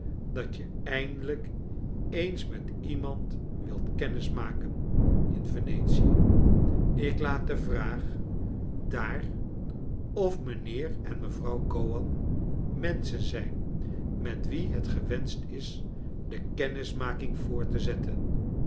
dat je eindelijk eens met iemand wilt kennis maken in venetie ik laat de vraag daar of mijnheer en mevrouw gowan menschen zijn met wie het gewenscht is de kennismaking voort te zetten